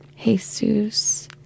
Jesus